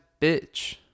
bitch